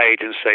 agency